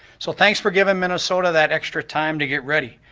so thanks for giving minnesota that extra time to get ready.